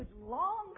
long